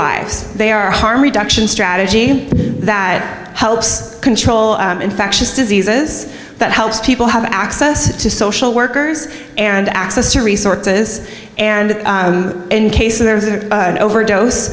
lives they are harm reduction strategy that helps control an infectious diseases that helps people have access to social workers and access to resources and encase there is an overdose